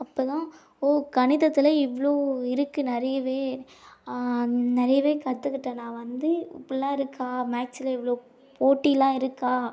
அப்போ தான் ஓ கணிதத்தில் இவ்வளோ இருக்குது நிறையவே நிறையவே கற்றுக்கிட்டேன் நான் வந்து இப்படிலாம் இருக்கா மேக்ஸ்ல இவ்வளோ போட்டியெலாம் இருக்கா